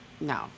no